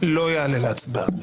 לא יעלה להצבעה.